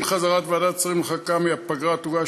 עם חזרת ועדת השרים לחקיקה מהפגרה תוגש